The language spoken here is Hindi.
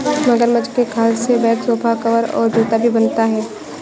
मगरमच्छ के खाल से बैग सोफा कवर और जूता भी बनता है